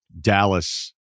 Dallas